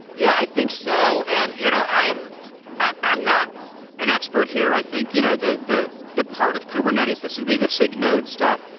yeah, i think so. and you know i'm i'm not an expert here. i think you know the the part of kubernetes, this would be the sig-node stuff.